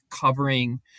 covering